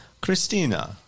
Christina